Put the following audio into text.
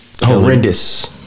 Horrendous